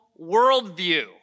worldview